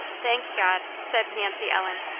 thank god! said nancy ellen.